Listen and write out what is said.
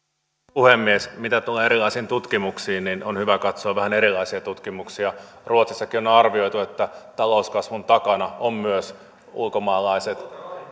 puhemies mitä tulee erilaisiin tutkimuksiin niin on hyvä katsoa vähän erilaisia tutkimuksia ruotsissakin on on arvioitu että talouskasvun takana ovat myös ulkomaalaiset